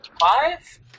Five